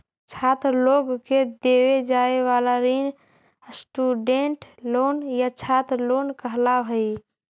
छात्र लोग के देवे जाए वाला ऋण स्टूडेंट लोन या छात्र लोन कहलावऽ हई